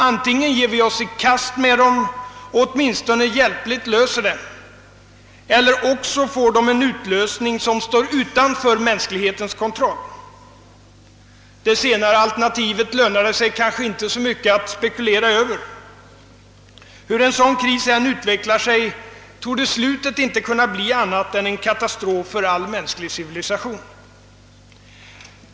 Antingen ger vi oss i kast med dem och löser dem åtminstone hjälpligt, eller också får de en utlösning som står utanför mänsklighetens kontroll — det senare alternativet lönar det sig kanske inte att spekulera över. Hur en sådan kris än utvecklar sig lär slutet inte bli annat än en katastrof för all mänsklig civilisation.